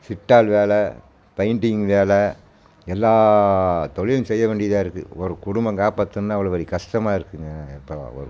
சித்தாள் வேலை பெயிண்டிங் வேலை எல்லா தொழிலும் செய்ய வேண்டியதாக இருக்குது ஒரு குடும்பம் காப்பாத்தணுன்னா அவ்வளோ பெரிய கஷ்டமாக இருக்குதுங்க இப்போலாம் ஒரு